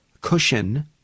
cushion